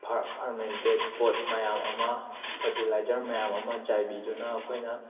fermented pot ꯃꯌꯥꯝ ꯑꯃ fertilizer ꯃꯌꯥꯝ ꯑꯃ ꯆꯥꯏꯕꯤꯗꯨꯅ ꯑꯩꯈꯣꯏꯅ